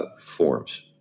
forms